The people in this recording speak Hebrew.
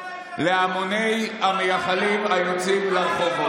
להמוני המייחלים היוצאים לרחובות.